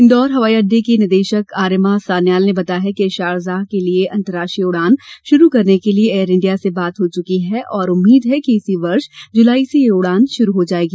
इंदौर हवाई अड्डे की निदेशक आर्यमा सान्याल ने बताया है कि शारजाह के लिये अंतर्राष्ट्रीय उड़ान शुरू करने के लिये एयर इंडिया से बात हो चुकी है और उम्मीद है कि इसी वर्ष जुलाई से यह उड़ान शुरू हो जाएगी